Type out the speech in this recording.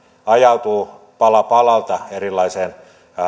ajautuu pala palalta erilaiseen